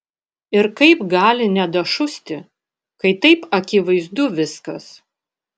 ir kaip gali nedašusti kai taip akivaizdu viskas